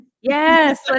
Yes